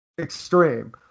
Extreme